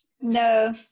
No